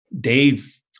Dave